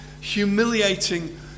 humiliating